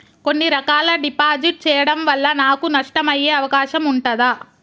కొన్ని రకాల డిపాజిట్ చెయ్యడం వల్ల నాకు నష్టం అయ్యే అవకాశం ఉంటదా?